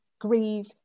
grieve